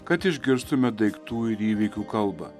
kad išgirstume daiktų ir įvykių kalbą